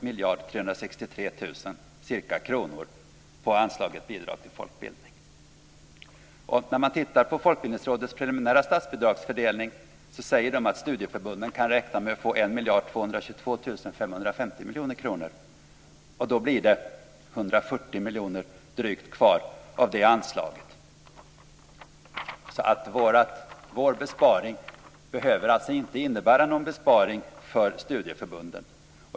Vi har föreslagit att När man tittar på Folkbildningsrådets preliminära statsbidragsfördelning säger det att studieförbunden kan räkna med att få ca 1 222 miljoner kronor. Då blir det drygt 140 miljoner kvar av det anslaget. Vår besparing behöver alltså inte innebära någon besparing för studieförbunden.